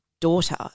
daughter